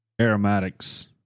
aromatics